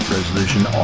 Resolution